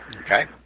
Okay